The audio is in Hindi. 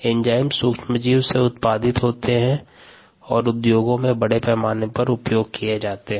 एंजाइम सूक्ष्मजीव से उत्पादित होते हैं और उद्योगों में बड़े पैमाने पर उपयोग किए जाते हैं